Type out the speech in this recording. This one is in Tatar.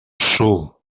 шул